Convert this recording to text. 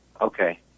Okay